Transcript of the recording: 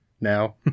now